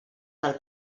del